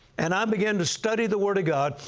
and i began to study the word of god,